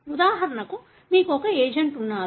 ఉదాహరణకు మీకు ఒక ఏజెంట్ ఉన్నారు